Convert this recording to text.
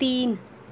تین